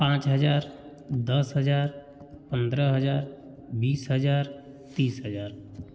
पाँच हज़ार दस हज़ार पंद्रह हज़ार बीस हज़ार तीस हज़ार